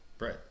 Right